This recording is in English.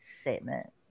statement